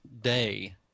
day